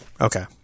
Okay